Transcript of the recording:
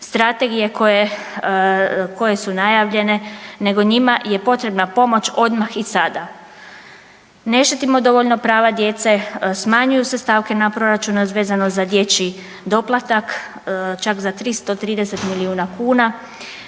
Strategije koje su najavljene, nego njima je potrebna pomoć odmah i sada. Ne štitimo dovoljno prava djece, smanjuju se stavke na proračunu vezano za dječji doplatak čak za 330 milijuna kuna,